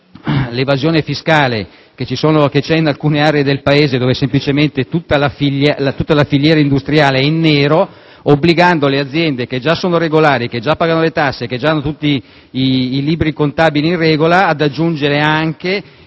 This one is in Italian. l'evasione fiscale, presente in alcune aree del Paese dove tutta la filiera industriale è in nero, obbligando le aziende che già sono regolari, pagano le tasse ed hanno tutti i libri contabili in regola, ad aggiungere il